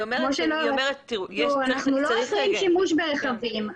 תראו, אנחנו לא אוסרים שימוש ברכבים.